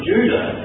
Judah